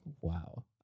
Wow